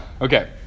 Okay